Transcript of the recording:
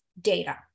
data